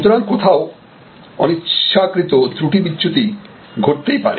সুতরাং কোথাও অনিচ্ছাকৃত ত্রুটি বিচ্যুতি ঘটতেই পারে